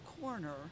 corner